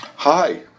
Hi